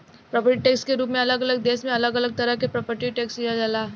property tax के रूप में अलग अलग देश में अलग अलग तरह से प्रॉपर्टी टैक्स लिहल जाला